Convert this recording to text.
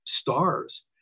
stars